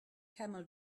camel